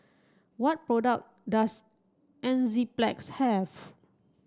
what product does Enzyplex have